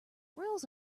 rules